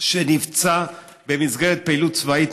שנפצע במסגרת פעילות צבאית,